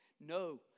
No